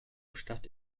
stadt